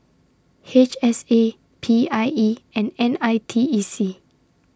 H S A P I E and N I T E C